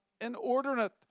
inordinate